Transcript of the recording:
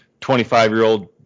25-year-old